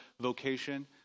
vocation